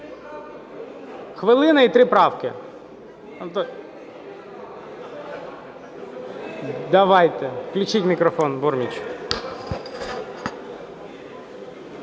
Хвилина – і 3 правки. Давайте. Включіть мікрофон Бурмічу.